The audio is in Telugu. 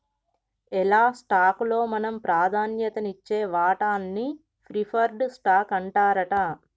ఎలా స్టాక్ లో మనం ప్రాధాన్యత నిచ్చే వాటాన్ని ప్రిఫర్డ్ స్టాక్ అంటారట